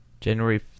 January